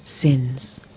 sins